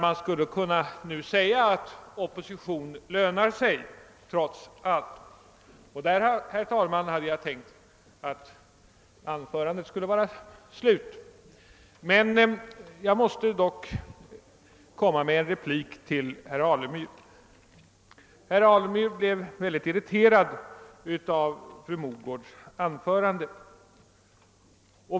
Man skulle alltså nu kunna säga att opposition lönar sig trots allt. Där, herr talman, hade jag tänkt att mitt anförande skulle vara slut, men jag måste komma med en replik till herr Alemyr. Herr Alemyr blev mycket irriterad över fru Mogårds anförande.